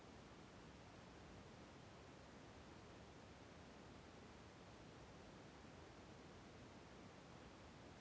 ಬೇರೆಯವರಿಗೆ ನಮ್ಮ PhonePe password ಗೊತ್ತಾದ್ರೆ ಅವರು ನಮ್ಮ ಅಕೌಂಟ್ ಮುಖಾಂತರ ರೊಕ್ಕ ತಕ್ಕೊಳ್ಳೋ ಚಾನ್ಸ್ ಇರ್ತದೆನ್ರಿ ಸರ್?